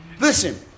Listen